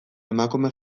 emakume